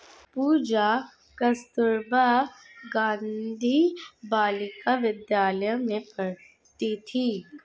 पूजा कस्तूरबा गांधी बालिका विद्यालय में पढ़ती थी